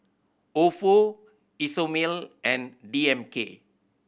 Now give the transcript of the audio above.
Ofo Isomil and D M K